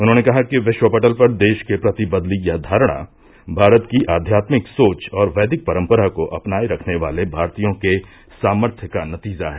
उन्होंने कहा कि विश्व पटल पर देश के प्रति बदली यह धारणा भारत की आध्यात्मिक सोच और वैदिक परम्परा को अपनाये रखने वाले भारतीयों के सामर्थ्य का नतीजा है